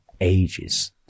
ages